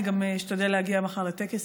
אני גם אשתדל להגיע מחר לטקס,